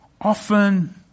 often